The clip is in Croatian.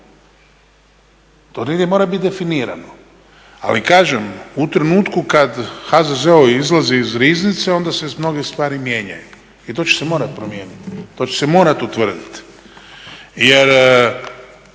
To negdje mora bit definirano. Ali kažem, u trenutku kad HZZO izlazi iz riznice onda se mnoge stvari mijenjaju i to će se morat promijenit, to će se morat utvrdit.